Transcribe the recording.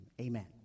Amen